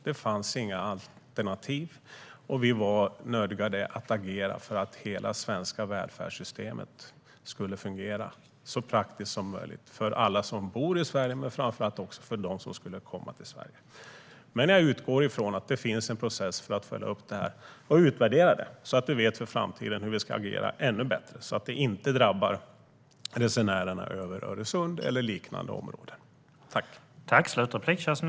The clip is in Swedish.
Det fanns inga alternativ, och vi var nödgade att agera för att hela det svenska välfärdssystemet skulle fungera så praktiskt som möjligt för alla som bor i Sverige men också för dem som skulle komma till Sverige. Jag utgår från att det finns en process för att följa upp och utvärdera det här så att vi vet för framtiden hur vi ska agera ännu bättre så att det inte drabbar resenärerna över Öresund eller liknande områden.